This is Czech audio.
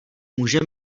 může